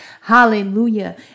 Hallelujah